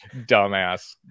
dumbass